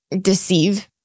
deceive